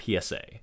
PSA